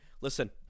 listen